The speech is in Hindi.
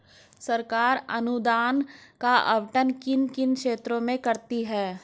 सरकार अनुदान का आवंटन किन किन क्षेत्रों में करती है?